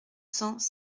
cents